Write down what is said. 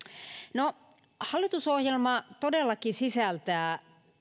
no hallitusohjelma todellakin sisältää